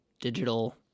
digital